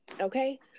okay